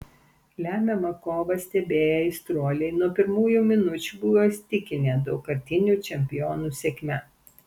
lemiamą kovą stebėję aistruoliai nuo pirmųjų minučių buvo įsitikinę daugkartinių čempionų sėkme